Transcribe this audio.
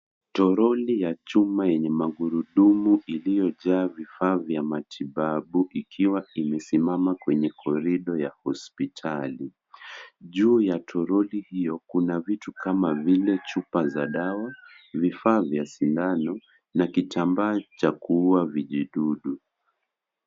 Troli ya chuma enye magurudumu ilio jaa vifaa vya matibabu ikiwa imesimama kwenye korido ya hospitali, juu ya troli hio kuna vitu kama vile chuba za dawa vifaa vya sidano na kitambaa cha kua vijidudu.